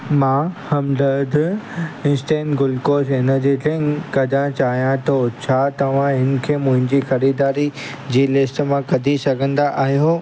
मां Hamdard instant glucose energy drink कढण चाहियां थो छा तव्हां इन खे मुंहिंजी ख़रीदारी जी लिस्ट मां कढी सघंदा आहियो